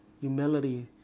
humility